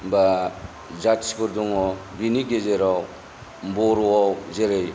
बा जाथिफोर दङ बेनि गेजेराव बर'आव जेरै